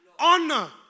honor